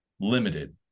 limited